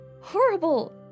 horrible